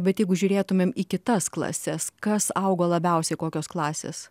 bet jeigu žiūrėtumėm į kitas klases kas augo labiausiai kokios klasės